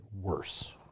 worse